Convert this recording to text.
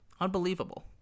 Unbelievable